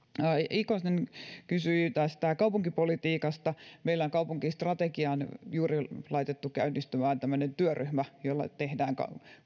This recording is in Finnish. ikonen kysyi tästä kaupunkipolitiikasta meillä on kaupunkistrategiaan juuri laitettu käynnistymään tämmöinen työryhmä jolla tehdään